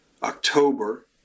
October